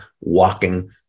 walking